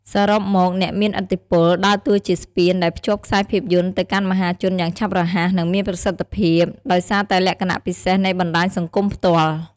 សរុបមកអ្នកមានឥទ្ធិពលដើរតួជាស្ពានដែលភ្ជាប់ខ្សែភាពយន្តទៅកាន់មហាជនយ៉ាងឆាប់រហ័ស និងមានប្រសិទ្ធភាព ដោយសារតែលក្ខណៈពិសេសនៃបណ្ដាញសង្គមផ្ទាល់។